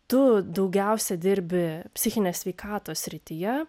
tu daugiausia dirbi psichinės sveikatos srityje